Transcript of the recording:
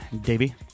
Davey